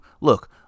Look